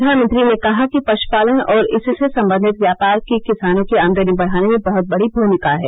प्रधानमंत्री ने कहा कि पश्पालन और इससे संबंधित व्यापार की किसानों की आमदनी बढ़ाने में बहत बड़ी भूमिका है